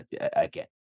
again